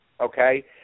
okay